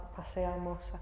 paseamos